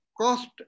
cost